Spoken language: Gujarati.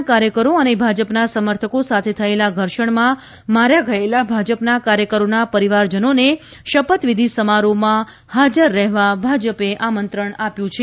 ના કાર્યકરો અને ભાજપના સમર્થકો સાથે થયેલા ઘર્ષણમાં માર્યા ગયેલા ભાજપના કાર્યકરોના પરિવારજનોને શપથવિધી સમારોહમાં હાજર રહેવા ભાજપે આમંત્રણ આપ્યું છે